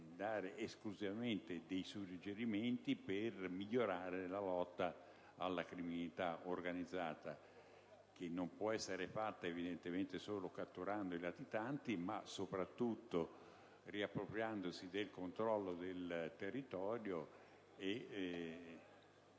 di dare dei suggerimenti per migliorare la lotta alla criminalità organizzata, che non può essere fatta, evidentemente, solo catturando i latitanti, ma anche, e soprattutto, riappropriandosi del controllo del territorio